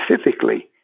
specifically